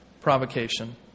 provocation